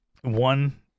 one